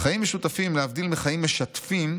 "חיים משותפים, להבדיל מחיים משתפים,